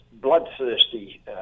bloodthirsty